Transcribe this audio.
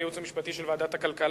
לייעוץ המשפטי של ועדת הכלכלה,